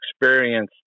experience